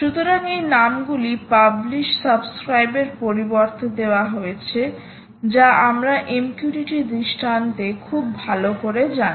সুতরাং এই নামগুলি পাবলিশ সাবস্ক্রাইব এর পরিবর্তে দেয়া হয়েছে যা আমরা MQTT দৃষ্টান্তে খুব ভাল করে জানি